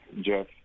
Jeff